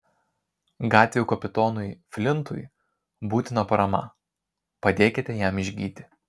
gatvių kapitonui flintui būtina parama padėkite jam išgyti